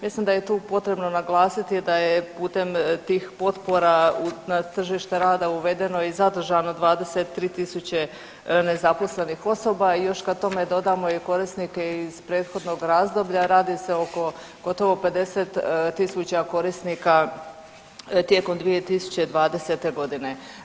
Mislim da je tu potrebno naglasiti da je putem tih potpora na tržište rada uvedeno i zadržano 23.000 nezaposlenih osoba i još kad tome dodamo i korisnike iz prethodnog razdoblja radi se oko gotovo 50.000 korisnika tijekom 2020.g.